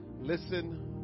listen